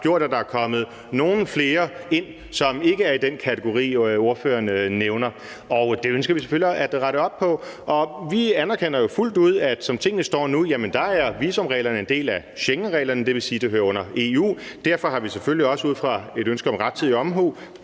der er kommet nogen flere ind, som ikke er i den kategori, ordføreren nævner, og det ønsker vi selvfølgelig at rette op på. Vi anerkender jo fuldt ud, at som tingene står nu, er visumreglerne en del af Schengenreglerne, dvs. at det hører under EU, og derfor har vi selvfølgelig også ud fra et ønske om rettidig omhu